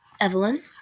Evelyn